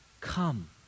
Come